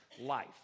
life